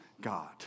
God